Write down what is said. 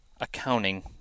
accounting